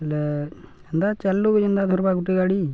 ହେଲେ ଏନ୍ତା ଚାଲୁ ଯେନ୍ତା ଧର୍ବା ଗୁଟେ ଗାଡ଼ି